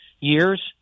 years